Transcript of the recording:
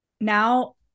Now